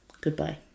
Goodbye